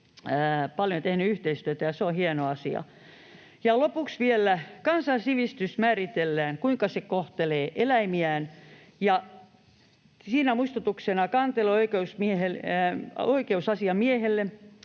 paljon tehnyt yhteistyötä, ja se on hieno asia. Ja lopuksi vielä: Kansan sivistys määritellään sen mukaan, kuinka se kohtelee eläimiään. Siitä muistutuksena oikeusasiamiehelle